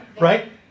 right